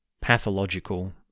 pathological